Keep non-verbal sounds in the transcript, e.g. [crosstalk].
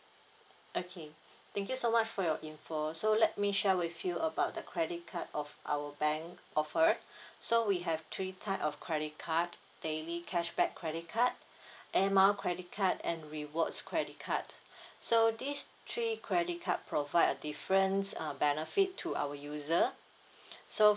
okay thank you so much for your info so let me share with you about the credit card of our bank offer [breath] so we have three type of credit card daily cashback credit card [breath] air mile credit card and rewards credit card so these three credit card provide a difference err benefit to our user [breath] so